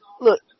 Look